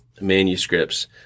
manuscripts